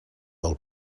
del